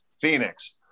Phoenix